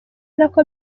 nako